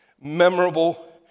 memorable